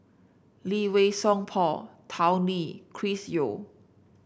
Lee Wei Song Paul Tao Li Chris Yeo